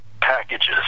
packages